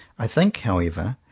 i think, however,